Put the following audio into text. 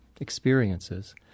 experiences